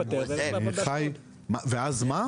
ואז מה?